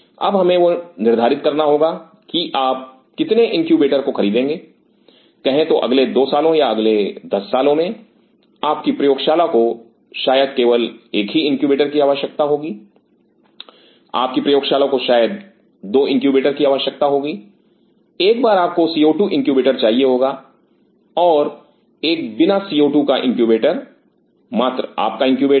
अब हमें वह निर्धारित करना होगा की आप कितने इनक्यूबेटर को खरीदेंगे कहे तो अगले 2 सालों या अगले 10 सालों में आपकी प्रयोगशाला को शायद केवल एक ही इनक्यूबेटर की आवश्यकता होगी आपकी प्रयोगशाला को शायद दो इनक्यूबेटर की आवश्यकता होगी एक बार आपको CO2 इनक्यूबेटर चाहिए होगा और एक बिना CO2 का इनक्यूबेटर मात्र आपका इनक्यूबेटर